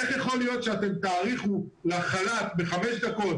איך יכול להיות שאתם תאריכו לחל"ת בחמש דקות,